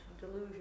delusion